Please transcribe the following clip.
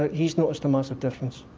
ah he's noticed a massive difference.